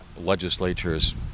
legislatures